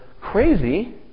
crazy